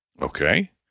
Okay